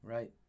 Right